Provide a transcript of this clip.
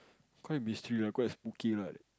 quite mystery right quite spooky right